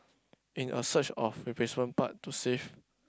in a search of replacement part to save